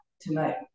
tonight